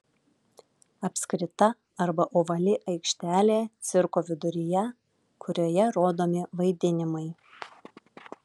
apskrita arba ovali aikštelė cirko viduryje kurioje rodomi vaidinimai